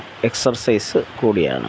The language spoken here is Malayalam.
എക്സർസൈസ് കൂടിയാണ്